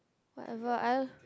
whatever I